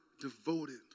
devoted